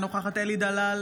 אינה נוכחת אלי דלל,